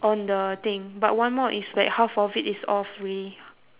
on the thing but one more is like half of it is all free